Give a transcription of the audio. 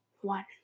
one